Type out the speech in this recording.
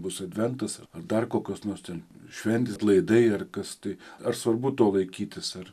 bus adventas ar dar kokios nors ten šventės atlaidai ar kas tai ar svarbu to laikytis ar